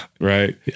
right